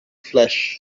flesh